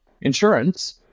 insurance